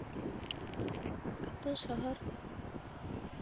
ᱟᱛᱳ ᱥᱚᱦᱚᱨ